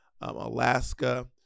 Alaska